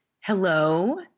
Hello